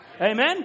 Amen